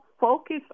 focus